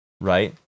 right